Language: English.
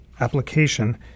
application